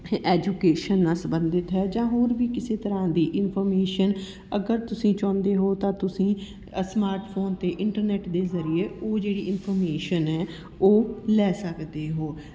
education ਨਾਲ ਸੰਬੰਧਿਤ ਹੈ ਜਾਂ ਹੋਰ ਵੀ ਕਿਸੇ ਤਰ੍ਹਾਂ ਦੀ ਇਨਫੋਰਮੇਸ਼ਨ ਅਗਰ ਤੁਸੀਂ ਚਾਹੁੰਦੇ ਹੋ ਤਾਂ ਤੁਸੀਂ ਅ ਸਮਾਰਟ ਫੋਨ ਅਤੇ ਇੰਟਰਨੈਟ ਦੇ ਜ਼ਰੀਏ ਉਹ ਜਿਹੜੀ ਇਨਫੋਰਮੇਸ਼ਨ ਹੈ ਉਹ ਲੈ ਸਕਦੇ ਹੋ